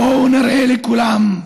בואו נראה לכולם,